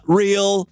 real